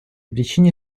причине